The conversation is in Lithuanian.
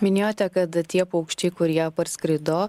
minėjote kad tie paukščiai kurie parskrido